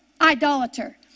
Idolater